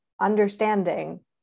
Understanding